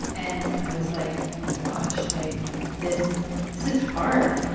and i was like, oh my gosh. like this this is hard.